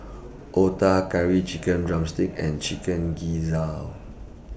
Otah Curry Chicken Drumstick and Chicken Gizzard